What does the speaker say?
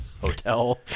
hotel